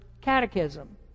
catechism